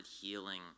healing